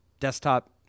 Desktop